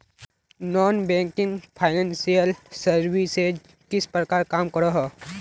Non banking financial services किस प्रकार काम करोहो?